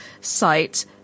sites